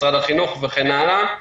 משרד החינוך וכן הלאה.